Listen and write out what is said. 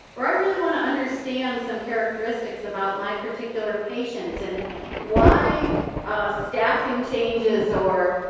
or i really want to understand some characteristics about my particular patients and why staffing changes or,